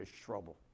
trouble